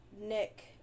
Nick